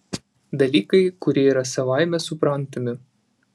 dalykai kurie yra savaime suprantami